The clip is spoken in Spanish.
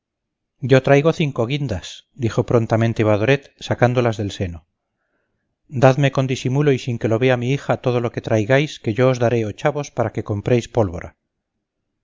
yo traigo cinco guindas dijo prontamente badoret sacándolas del seno dadme con disimulo y sin que lo vea mi hija todo lo que traigáis que yo os daré ochavos para que compréis pólvora